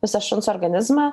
visą šuns organizmą